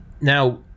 now